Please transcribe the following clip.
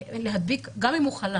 גם אם הוא חלה